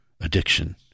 addiction